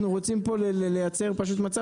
זוכר שאמרתי לך שהם הופכים את החקלאים